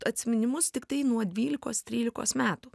atsiminimus tiktai nuo dvylikos trylikos metų